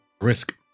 risk